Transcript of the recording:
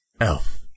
Elf